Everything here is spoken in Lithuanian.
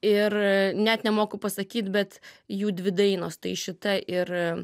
ir net nemoku pasakyt bet jų dvi dainos tai šita ir